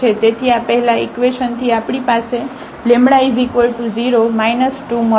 તેથી આ પહેલા ઇકવેશન થી આપણી પાસે λ0 2 મળેછે